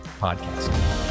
podcast